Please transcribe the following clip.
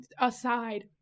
aside